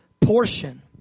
portion